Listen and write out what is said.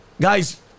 Guys